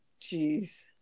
Jeez